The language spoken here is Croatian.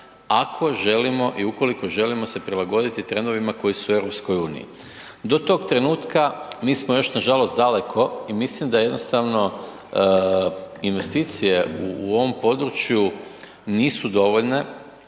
ako želimo i ukoliko želimo se prilagoditi trendovima koji su u EU. Do tog trenutka mi smo još nažalost daleko i mislim da jednostavno investicije u ovom području nisu dovoljne,